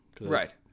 Right